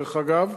דרך אגב,